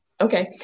Okay